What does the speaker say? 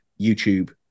YouTube